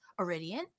Iridian